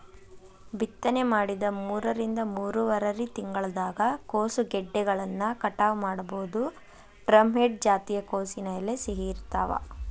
ಬಿತ್ತನೆ ಮಾಡಿದ ಮೂರರಿಂದ ಮೂರುವರರಿ ತಿಂಗಳದಾಗ ಕೋಸುಗೆಡ್ಡೆಗಳನ್ನ ಕಟಾವ ಮಾಡಬೋದು, ಡ್ರಂಹೆಡ್ ಜಾತಿಯ ಕೋಸಿನ ಎಲೆ ಸಿಹಿ ಇರ್ತಾವ